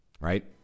right